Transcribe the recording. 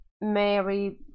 Mary